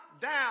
down